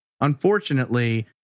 Unfortunately